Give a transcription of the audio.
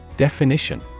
Definition